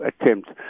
attempt